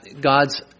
God's